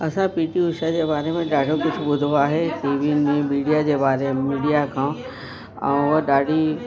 असां P T Usha जे बारे में ॾाढो कुझु ॿुधो आहे टीविनि में मीडिया जे बारे मीडिया खां ऐं हूअं ॾाढी